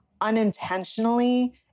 unintentionally